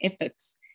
efforts